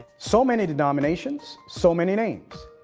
so many denominations, so many names.